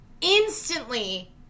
instantly